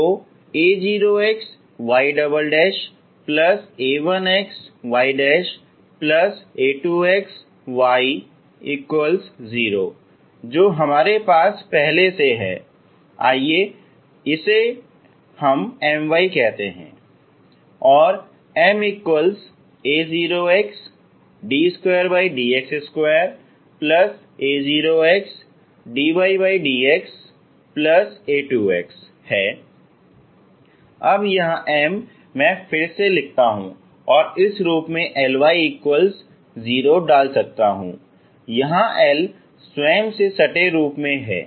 तो a0xya1xya2xy0 जो हमारे पास पहले से है आइए इसे MY कहते हैं और Ma0xd2dx2a0xddxa2x अब यह M मैं फिर से लिखना और इस रूप में Ly0 डाल सकता हूँ जहां L स्वयं से सटे रूप में है